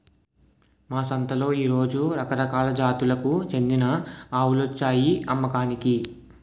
మా సంతలో ఈ రోజు రకరకాల జాతులకు చెందిన ఆవులొచ్చాయి అమ్మకానికి